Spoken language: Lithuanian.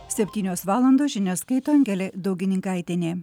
septynios valandos žinias skaito angelė daugininkaitienė